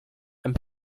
and